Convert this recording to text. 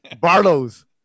Barlow's